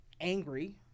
angry